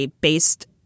based